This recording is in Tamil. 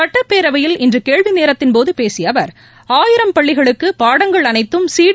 சட்டப்பேரவையில் இன்று கேள்வி நேரத்தின் போது பேசிய அவர் ஆயிரம் பள்ளிகளுக்கு பாடங்கள் அனைத்தும் சிடி